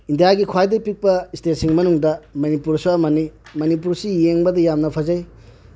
ꯏꯟꯗꯤꯌꯥꯒꯤ ꯈ꯭ꯋꯥꯏꯗꯒꯤ ꯄꯤꯛꯄ ꯏꯁꯇꯦꯠꯁꯤꯡꯒꯤ ꯃꯅꯨꯡꯗ ꯃꯅꯤꯄꯨꯔꯁꯨ ꯑꯃꯅꯤ ꯃꯅꯤꯄꯨꯔꯁꯤ ꯌꯦꯡꯕꯗ ꯌꯥꯝꯅ ꯐꯖꯩ